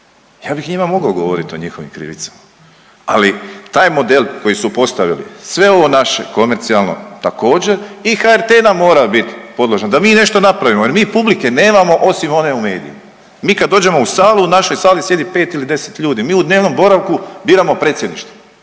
Ja bih njima mogao govoriti o njihovim krivicama, ali taj model koji su postavili, sve ovo naše komercijalno također i HRT nam mora bit podložan da mi nešto napravimo jer mi publike nemamo osim one u medijima. Mi kad dođemo u salu u našoj sali sjedi 5 ili 10 ljudi, mi u dnevnom boravku biramo predsjedništvo,